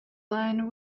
line